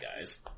guys